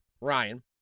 Ryan